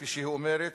כפי שהיא אומרת,